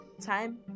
time